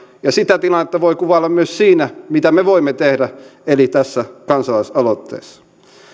ja sitä tilannetta voi kuvailla myös siinä mitä me voimme tehdä eli tässä kansalaisaloitteessa